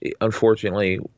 unfortunately